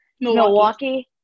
Milwaukee